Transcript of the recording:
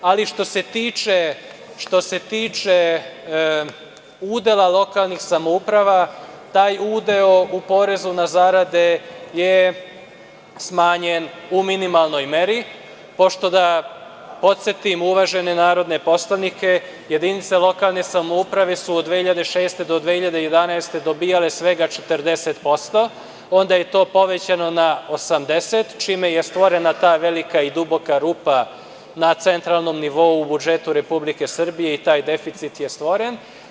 Ali, što se tiče udela lokalnih samouprava, taj udeo u porezu na zarade je smanjen u minimalnoj meri pošto, da podsetim uvažene narodne poslanike, jedinice lokalne samouprave su od 2006. do 2011. godine dobijale svega 40%, onda je to povećano na 80%, čime je stvorena ta velika i duboka rupa na centralnom nivou u budžetuRepublike Srbije i taj deficit je stvoren.